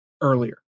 earlier